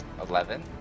Eleven